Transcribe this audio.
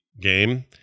game